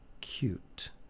cute